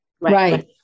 Right